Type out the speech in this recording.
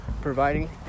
Providing